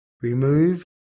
remove